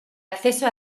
acceso